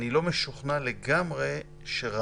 אני מלא משוכנע שרעיונית